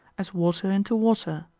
as water into water.